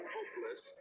Hopeless